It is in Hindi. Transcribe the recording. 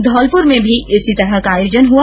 धौलपुर में भी इस तरह का आयोजन हुआ